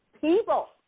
People